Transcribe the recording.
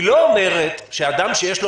היא לא אומרת שאפשר יהיה לעצור אדם שיש לו